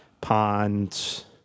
ponds